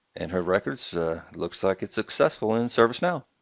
and her records looks like it's successful in servicenow.